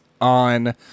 on